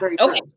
Okay